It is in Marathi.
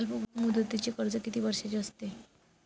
अल्पमुदतीचे कर्ज किती वर्षांचे असते?